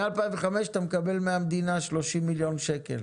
מ-2005 אתה מקבל מהמדינה 30,000,000 שקלים